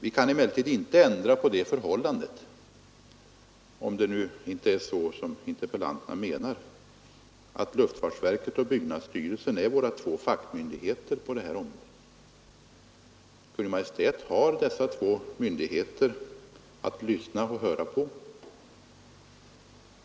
Vi kan emellertid inte ändra på det förhållandet om det nu verket och inte är så som interpellanterna menar att luftfarts' byggnadsstyrelsen är våra två fackmyndigheter på detta område. Kungl. Maj:t har dessa två myndigheter att höra på.